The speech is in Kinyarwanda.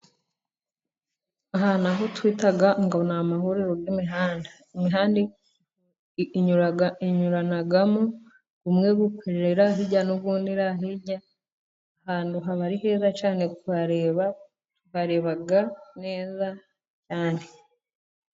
Ahantu aho twita ngo ni amahururiro y'imihanda, imihanda inyuranamo umwe ukwira hirya n'undi iriya hirya. Ahantu haba heza cyane kuhareba twareba neza cyane.